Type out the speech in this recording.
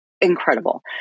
incredible